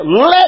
let